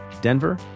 Denver